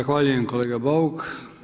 Zahvaljujem kolega Bauk.